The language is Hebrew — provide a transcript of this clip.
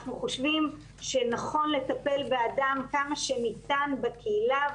חושבים שנכון לטפל באדם כמה שניתן בקהילה,